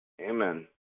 Amen